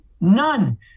none